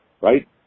Right